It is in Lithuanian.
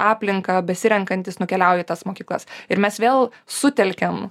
aplinka besirenkantys nukeliauja į tas mokyklas ir mes vėl sutelkiam